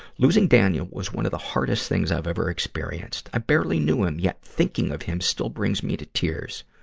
losing daniel was one of the hardest things i've ever experienced. i barely knew him, yet thinking of him still brings me to tears.